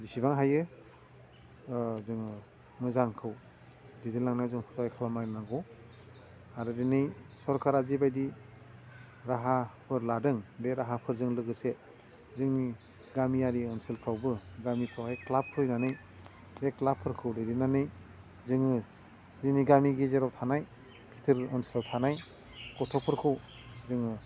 बिसिबां हायो जोङो मोजांखौ दैदेनलांनायाव जों सहाय खालामलायनांगौ आरो दिनै सरकारा जिबायदि राहाफोर लादों बे राहाफोरजों लोगोसे जोंनि गामियारि ओनसोलफ्रावबो गामिफ्रावहाय क्लाब खुलिनानै बे क्लाबफोरखौ दैदेननानै जोङो जोंनि गामि गेजेराव थानाय गिदिर ओनसोलाव थानाय गथ'फोरखौ जोङो